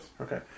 Okay